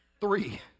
Three